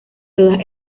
todas